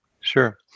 Sure